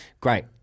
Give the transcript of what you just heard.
Great